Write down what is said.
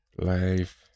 life